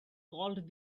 called